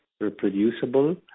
reproducible